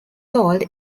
sold